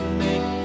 make